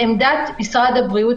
לעמדת משרד הבריאות,